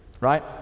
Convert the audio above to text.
right